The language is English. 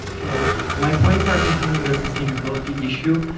my points are concerning the sustainability issue,